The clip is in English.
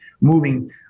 moving